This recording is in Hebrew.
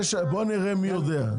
נראה מי יודע,